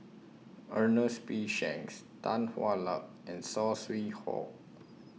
Ernest P Shanks Tan Hwa Luck and Saw Swee Hock